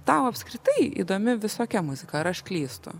tau apskritai įdomi visokia muzika ar aš klystu